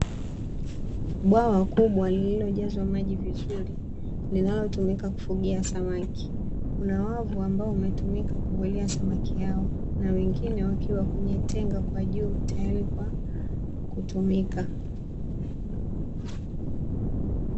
Bwawa kubwa lililojazwa maji vizuri linalotumika kufugia samaki, kuna wavu ambao umetumika kuvulia samaki hao na wengine wakiwa kwenye tenga kwa juu tayari kwa kutumika.